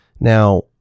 Now